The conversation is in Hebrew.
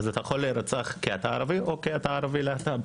אז אתה יכול להירצח או כי אתה ערבי או כי אתה ערבי להט״ב.